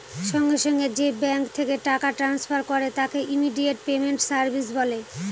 সঙ্গে সঙ্গে যে ব্যাঙ্ক থেকে টাকা ট্রান্সফার করে তাকে ইমিডিয়েট পেমেন্ট সার্ভিস বলে